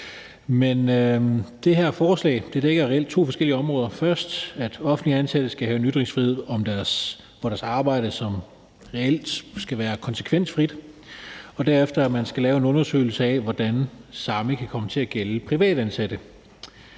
Men det her forslag dækker reelt to forskellige områder – for det første, at offentligt ansatte skal have en ytringsfrihed på deres arbejde, som reelt skal være konsekvensfri, og for det andet, at man skal lave en undersøgelse af, hvordan det samme kan komme til at gælde privatansatte.